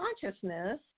consciousness